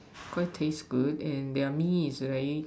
cray taste good and their Mee is very